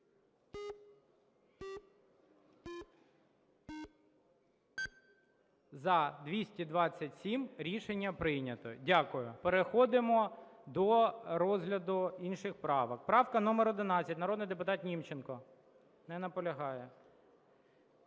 За-227 Рішення прийнято. Дякую. Переходимо до розгляду інших правок. Правка номер 11, народний депутат Німченко. Не наполягає.